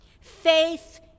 Faith